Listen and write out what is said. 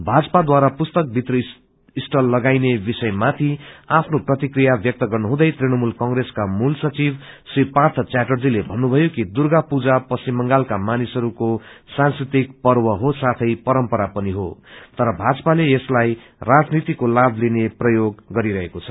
भाजपा द्वारा पुस्तक बिक्री स्टाल लगाइने विषयमाथि आफ्नो प्रतिक्रिया ब्यक्त गर्नुहुँदै तृणमूल कंग्रेसका मूल सचिव श्री पाँच च्याटर्जीले भन्नुभयो कि दुर्गा पूजा पश्चिम बंगालका मानिसहरूको सांस्कृतिक पंव हो साथै परम्परा पनि हो तर भाजपाले यसलाई राजनीतिको लाभ लिन प्रयोग गरिरहेको छ